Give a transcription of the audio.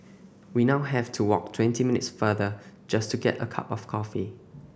we now have to walk twenty minutes farther just to get a cup of coffee